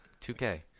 2K